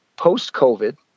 Post-COVID